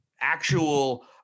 actual